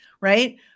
right